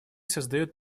создает